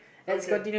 okay